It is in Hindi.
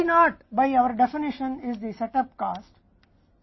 C नॉट हमारी परिभाषा के अनुसार सेटअप लागत है